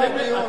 זה הדיון.